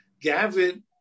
Gavin